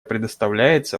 предоставляется